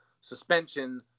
suspension